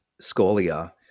scolia